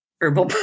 herbal